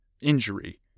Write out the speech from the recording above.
injury